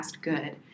good